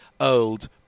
old